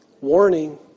Warning